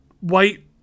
white